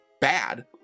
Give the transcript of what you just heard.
bad